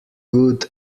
good